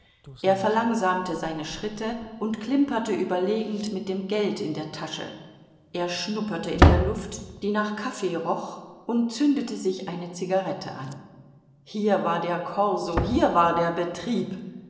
er verlangsamte seine schritte und klimperte überlegend mit dem geld in der tasche er schnupperte in der luft die nach kaffee roch und zündete sich eine zigarette an hier war der korso hier war der betrieb